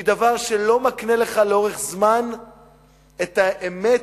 היא דבר שלא מקנה לך לאורך זמן את האמת